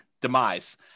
demise